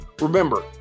remember